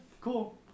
Cool